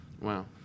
Wow